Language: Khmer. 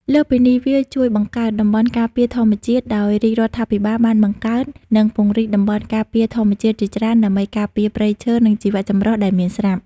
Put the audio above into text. លើសពីនេះ វាជួយបង្កើតតំបន់ការពារធម្មជាតិ ដោយ រាជរដ្ឋាភិបាលបានបង្កើត និងពង្រីកតំបន់ការពារធម្មជាតិជាច្រើន ដើម្បីការពារព្រៃឈើ និងជីវៈចម្រុះដែលមានស្រាប់។